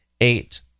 eight